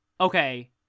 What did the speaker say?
okay